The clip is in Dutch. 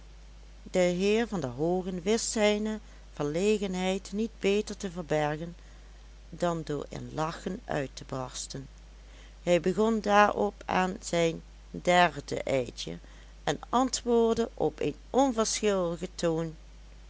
de heer van der hoogen wist zijne verlegenheid niet beter te verbergen dan door in lachen uit te barsten hij begon daarop aan zijn derde eitje en antwoordde op een onverschilligen toon